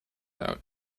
note